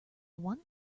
want